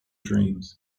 dreams